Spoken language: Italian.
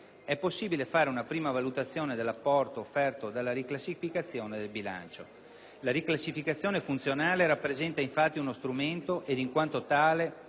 è possibile fare una prima valutazione dell'apporto offerto dalla riclassificazione del bilancio. La riclassificazione funzionale rappresenta, infatti, uno strumento, ed in quanto tale,